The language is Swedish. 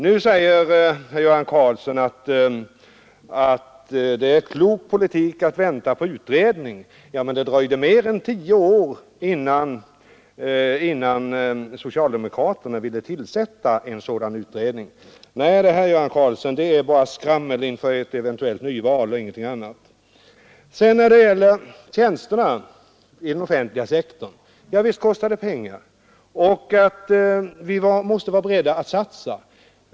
Herr Göran Karlsson säger nu att det är en klok politik att vänta på en utrednings resultat. Ja, men det dröjde mer än tio år innan socialdemokraterna ville tillsätta en sådan utredning. Nej, herr Göran Karlsson, här är det bara skrammel inför ett eventuellt nyval och ingenting annat. Herr Karlsson nämnde tjänsterna inom den offentliga sektorn. Ja, visst kostar dessa pengar. Han sade att vi måste vara beredda att satsa.